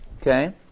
Okay